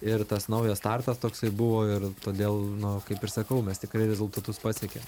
ir tas naujas startas toksai buvo ir todėl nu kaip ir sakau mes tikrai rezultatus pasiekėm